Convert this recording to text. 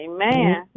Amen